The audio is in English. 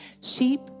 Sheep